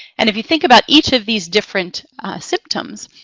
and if you think about each of these different symptoms,